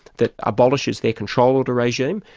that abolishes their control order regime,